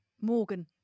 Morgan